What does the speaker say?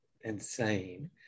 insane